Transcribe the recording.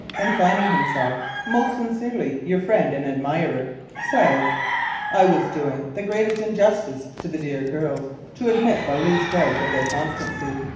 and signing himself most sincerely your friend and admirer says i was doing the greatest injustice to the dear girls to admit the least doubt of their constancy.